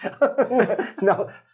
No